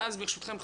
ואז ברשותכם,